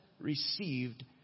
received